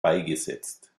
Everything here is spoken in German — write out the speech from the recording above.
beigesetzt